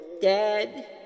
Dead